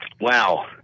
Wow